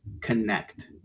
connect